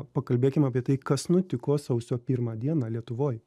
pakalbėkim apie tai kas nutiko sausio pirmą dieną lietuvoj